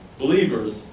believers